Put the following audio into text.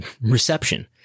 reception